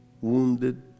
wounded